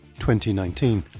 2019